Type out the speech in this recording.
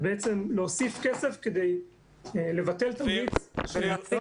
זה בעצם להוסיף כסף כדי לבטל תמריץ --- ולהפסיק